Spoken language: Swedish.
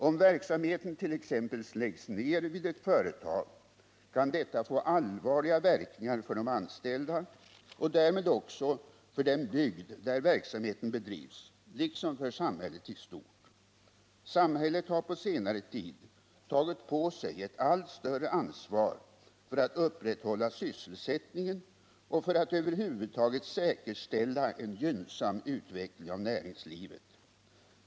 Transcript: Om verksamheten t.ex. läggs ned vid ett företag, kan detta få allvarliga verkningar för de anställda och därmed också för den bygd där verksamheten bedrivs, liksom för samhället i stort. Samhället har på senare tid tagit på sig ett allt större ansvar för att upprätthålla sysselsättningen och för att över huvud taget säkerställa en gynnsam utveckling av näringslivet.